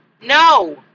No